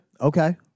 Okay